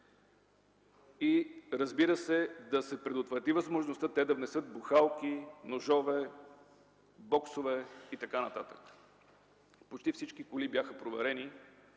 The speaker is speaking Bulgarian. в тях, и да се предотврати възможността да внесат бухалки, ножове, боксове и така нататък. Почти всички коли бяха проверени,